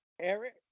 Eric